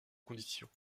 conditions